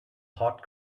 hot